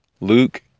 Luke